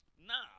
Now